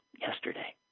yesterday